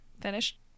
finished